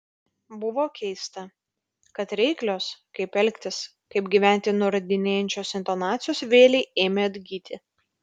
buvo keista kad reiklios kaip elgtis kaip gyventi nurodinėjančios intonacijos vėlei ėmė atgyti